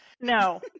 No